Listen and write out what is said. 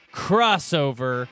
crossover